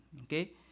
okay